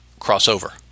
crossover